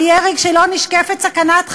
על ירי כשלא נשקפת סכנת חיים,